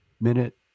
minute